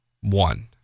one